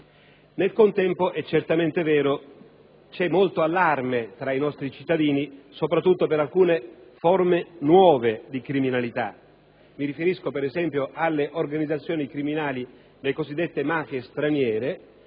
Nel contempo è certamente vero che c'è molto allarme tra i nostri cittadini soprattutto per alcune nuove forme di criminalità: mi riferisco alle organizzazioni criminali, alle cosiddette mafie straniere